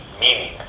Meaning